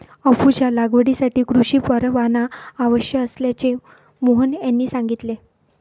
अफूच्या लागवडीसाठी कृषी परवाना आवश्यक असल्याचे मोहन यांनी सांगितले